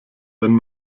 wenn